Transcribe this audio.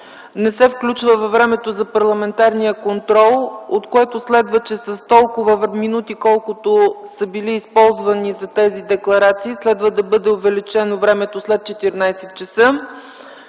не се включва във времето за парламентарния контрол, от което следва, че с толкова минути, колкото са били използвани за тези декларации, следва да бъде увеличено времето след 14,00